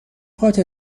پات